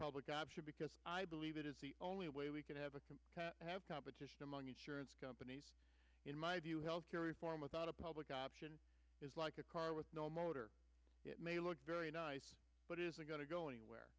option because i believe it is the only way we can have a can have competition among insurance companies in my view health care reform without a public option is like a car with no motor it may look very nice but it isn't going to go anywhere